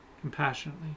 compassionately